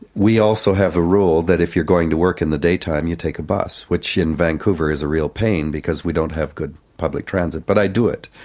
we also have a rule that if you're going to work in the daytime you take a bus, which in vancouver is a real pain because we don't have good public transit. but i do it.